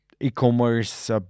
e-commerce